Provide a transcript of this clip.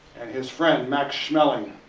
and his friend, max schmeling,